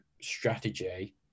strategy